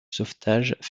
sauvetage